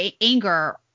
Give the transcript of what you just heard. anger